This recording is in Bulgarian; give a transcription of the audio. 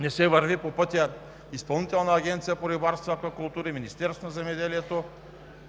не се върви по пътя – Изпълнителна агенция по рибарство и аквакултури, Министерството на земеделието